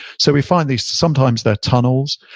so we find these, sometimes they're tunnels,